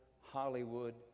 Hollywood